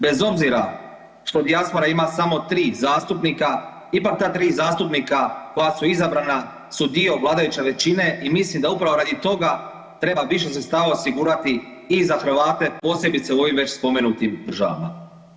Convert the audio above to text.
Bez obzira što dijaspora ima samo 3 zastupnika, ipak za 3 zastupnika koja su izabrana, su dio vladajuće većine i mislim da upravo radi toga treba više sredstava osigurati i za Hrvate, posebice u ovim već spomenutim državama.